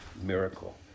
miracle